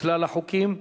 כלל החוקים.